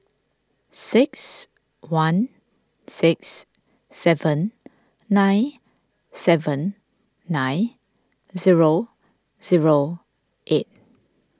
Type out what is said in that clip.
six one six seven nine seven nine zero zero eight